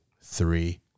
three